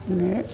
माने